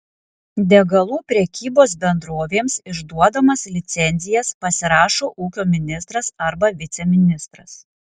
degalų prekybos bendrovėms išduodamas licencijas pasirašo ūkio ministras arba viceministras